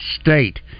State